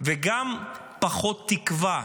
וגם פחות תקווה.